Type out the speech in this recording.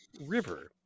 River